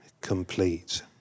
complete